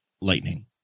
Lightning